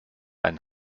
einen